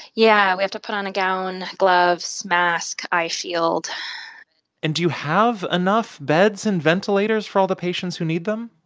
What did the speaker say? yeah. we have to put on a gown, gloves, mask, eye shield and do you have enough beds and ventilators for all the patients who need them?